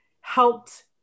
helped